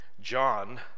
John